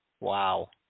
wow